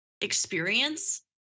experience